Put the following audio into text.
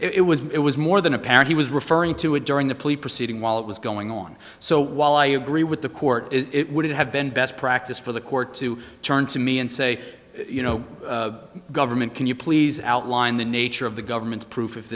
and it was it was more than apparent he was referring to it during the police proceeding while it was going on so while i agree with the court it would have been best practice for the court to turn to me and say you know government can you please outline the nature of the government's proof